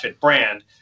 brand